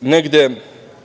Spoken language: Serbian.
negde